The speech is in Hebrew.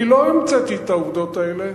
אני לא המצאתי את העובדות האלה,